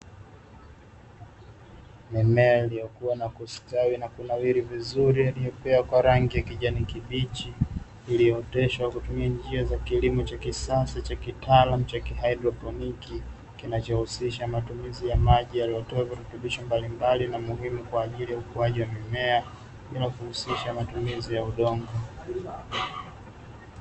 Mimea iliyokua na kustawi vizuri na kunawiri iliyopea kwa rangi ya kijani kibichi iliyooteshwa kwa kutumia njia za kisasa za kiteknolojia za kilimo cha haidroponi, kinachohusisha matumizi ya maji yaliyotiwa virutubisho mbalimbali na muhimu kwa ajili ya ukuaji wa mimea bila kuhusisha matumizi ya udongo.